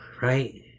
right